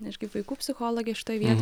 aš kaip vaikų psichologė šitoj vietoj